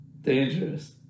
Dangerous